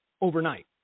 overnight